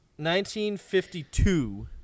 1952